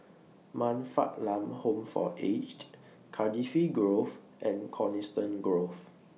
Man Fatt Lam Home For Aged Cardifi Grove and Coniston Grove